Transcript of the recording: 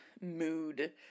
mood